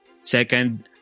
Second